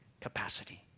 capacity